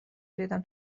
دیدم